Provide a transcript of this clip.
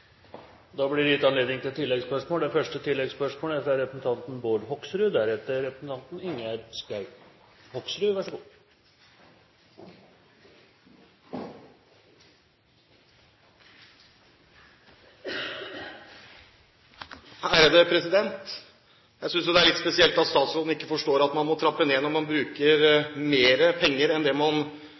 blir gitt anledning til tre oppfølgingsspørsmål – først Bård Hoksrud. Jeg synes jo det er litt spesielt at statsråden ikke forstår at man må trappe ned når man bruker mer penger enn det man